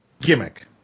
gimmick